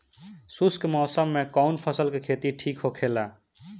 शुष्क मौसम में कउन फसल के खेती ठीक होखेला?